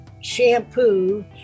shampoo